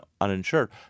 uninsured